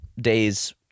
days